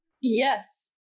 Yes